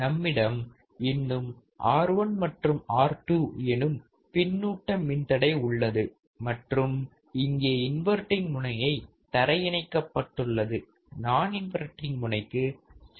நம்மிடம் இன்னும் R1 மற்றும் R2 எனும் பின்னூட்ட மின்தடை உள்ளது மற்றும் இங்கே இன்வர்ட்டிங் முனையை தரையிணைக்கப்பட்டுள்ளது நான் இன்வர்ட்டிங் முனைக்கு சிக்னல் கொடுக்கப்பட்டுள்ளது